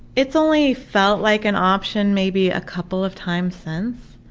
it's only felt like an option maybe a couple of times since.